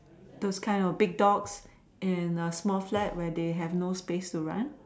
those kind of big dogs in a small flat where they have no space to run